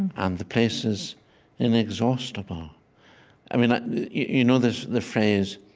and the place is inexhaustible i mean, you know this the phrase,